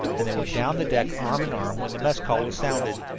and they went down the deck arm in arm when the mess call was sounded.